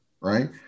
right